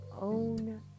own